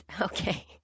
Okay